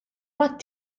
mat